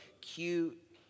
cute